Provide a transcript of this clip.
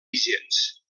vigents